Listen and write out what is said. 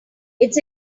it’s